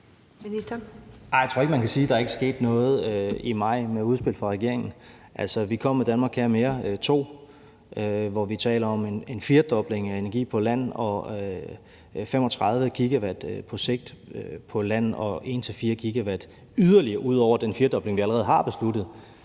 Jeg tror ikke, man kan sige, at der ikke skete noget i maj, hvad angår et udspil fra regeringen. Altså, vi kom med »Danmark kan mere II«, hvor vi taler om en firedobling af energi på land og 35 GW på sigt på land og 1-4 GW yderligere ud over den firedobling, vi allerede har besluttet,